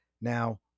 Now